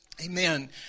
Amen